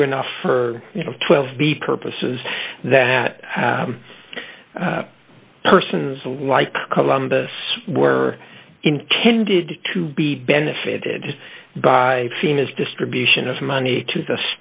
true enough for twelve the purposes that persons like columbus were intended to be benefited by team is distribution of money to the